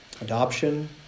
adoption